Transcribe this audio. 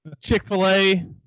Chick-fil-A